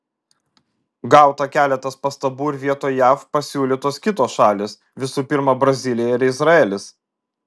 gauta keletas pastabų ir vietoj jav pasiūlytos kitos šalys visų pirma brazilija ir izraelis